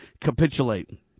capitulate